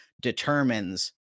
determines